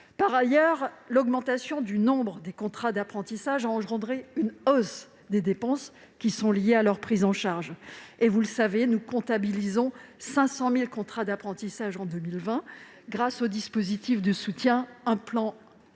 Par ailleurs, l'augmentation du nombre des contrats d'apprentissage a causé une hausse des dépenses qui sont liées à leur prise en charge. Or nous comptabilisons 500 000 contrats d'apprentissage en 2020, grâce au plan « Un jeune, une